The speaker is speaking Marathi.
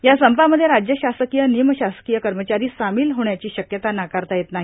या संपामध्ये राज्य शासकीय निमशासकीय कर्मचारी सामील होण्याची शक्यता नाकारता येत नाही